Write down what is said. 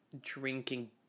drinking